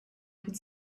would